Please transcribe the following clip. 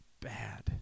bad